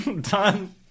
Done